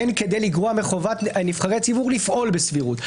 אין כדי לגרוע מחובת נבחרי הציבור לפעול בסבירות.